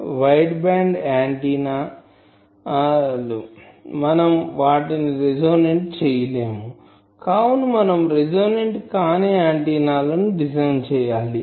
wide band ఆంటిన్నాwideband antennas మనం వాటిని రెసోనెంట్ చేయలేము కావున మనం రెసోనెంట్ కానీ ఆంటిన్నా లను డిజైన్ చేయాలి